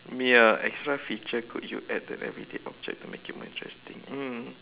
ya extra feature could you add to everyday object to make it more interesting um